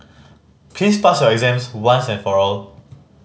please pass your exams once and for all